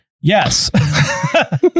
Yes